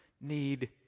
need